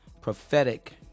prophetic